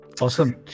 awesome